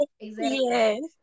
Yes